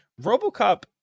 Robocop